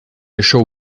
achou